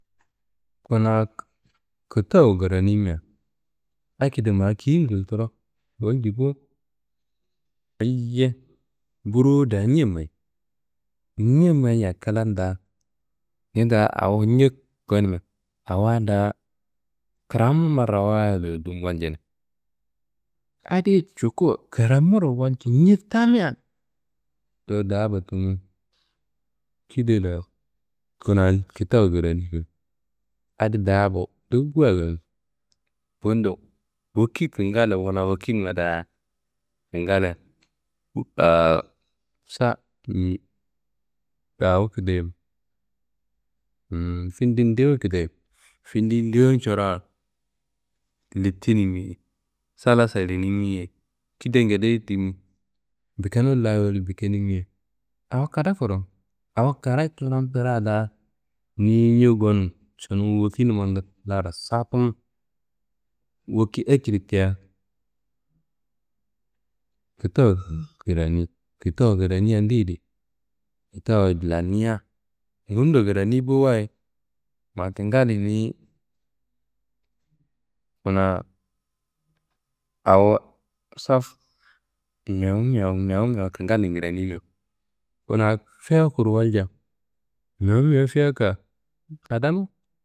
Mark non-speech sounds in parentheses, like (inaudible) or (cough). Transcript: Kina k- kitawu kranimia akedo ma kiyin gulturo walji bo. Ayiye browo da ñea mayi, ñea mayi da klan da awo ñea gonimia awo da kramu marrawayiduro dun waljine. Adiyi cukowo kramuro walju ñe tamia, towo daaba timi kida la kuna kitawu kraniso adi daaba ndowu wayi kranimi. Bundo woki kingallo wuna wokinga da kingallin (hesitation) sa (hesitation) (unintelligible) findi n dewu kidayewo. Findi n dewu coraa letinimi ye, sala salinimi ye, kida ngede ye dimi, bikenum la woli bikenimi ye, awo kada kuro, awo kada coron sirea da, niyi ñea gonum cunum wikinima ngillaro sakumu, woki akedi tea kitawu (hesitation) krani, kitawu krania deyedi. Kitawuwa lannia ngundo krani bowo wayi ma kingallin niyi. Kuna awo saf mewu mewu mewu mewu kingallin kranimia kuna fiyakuro waljea, mewu mewu fiyaka kadam.